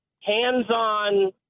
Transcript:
hands-on